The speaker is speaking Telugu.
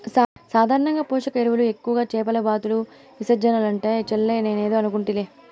సాధారణంగా పోషక ఎరువులు ఎక్కువగా చేపల బాతుల విసర్జనలంట చెల్లే నేనేదో అనుకుంటిలే